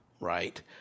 right